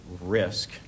risk